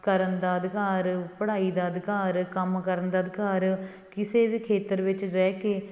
ਕਰਨ ਦਾ ਅਧਿਕਾਰ ਪੜ੍ਹਾਈ ਦਾ ਅਧਿਕਾਰ ਕੰਮ ਕਰਨ ਦਾ ਅਧਿਕਾਰ ਕਿਸੇ ਵੀ ਖੇਤਰ ਵਿੱਚ ਰਹਿ ਕੇ